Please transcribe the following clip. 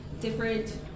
different